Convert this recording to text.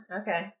okay